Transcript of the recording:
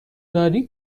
داری